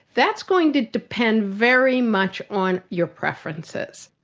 that's going to depend very much on your preferences.